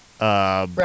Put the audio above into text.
right